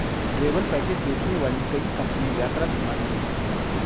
travel package बेचने वाली कई कंपनियां यात्रा बीमा भी देती हैं